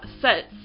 sets